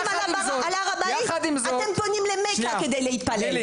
אבל יחד עם זאת --- אתם פונים למכה כדי להתפלל.